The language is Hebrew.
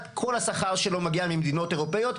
כל השכר שלו מגיע ממדינות אירופאיות,